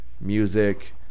music